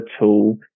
tool